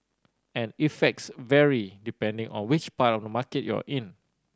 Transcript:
and effects vary depending on which part of the market you're in